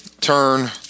turn